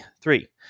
Three